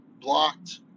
blocked